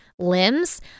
Limbs